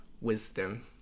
wisdom